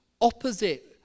opposite